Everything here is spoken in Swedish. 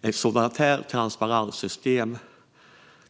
Ett transparent system